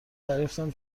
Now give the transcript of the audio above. دریافتم